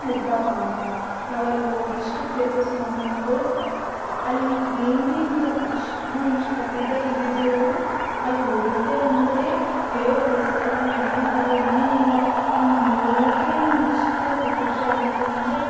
ಇರ್ತಾರವ್ರುನು ನಾವಲ್ಲಿ ಹೋಗಿ ಇಷ್ಟು ಪ್ಲೇಸಸ್ ನೋಡ್ದೇವಂದ್ರೆ ಅಲ್ಲಿ ಏನು ಬಿ ಹಿಂಗೆ ಇಷ್ಟು ನಾವು ಇಷ್ಟು ಹ್ಯಾಪಿದಾಗೆ ಇದ್ದಿದ್ದೆವು ಅಲ್ಲಿ ಹೋಗ್ಲತ್ತೆವು ಅಂದರೆ ಯಾವ್ಯಾವ ಪ್ಲೇಸ್ ಇರ್ತಾವ ಅಲ್ಲಿ ಏನೇನವೆ ಏನೇನಿಲ್ಲ ಅಂತ ನೋಡ್ಲಕೆ ನಮಗಿಷ್ಟು ಖುಷ್ಯಾಗ್ಲತಿತ್ತಂದ್ರ